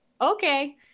Okay